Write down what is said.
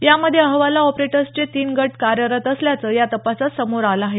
यामध्ये हवाला ऑपरेटर्सचे तीन गट कार्यरत असल्याचं या तपासात समोर आलं आहे